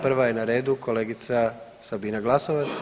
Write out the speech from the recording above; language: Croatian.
Prva je na redu kolegica Sabina Glasovac.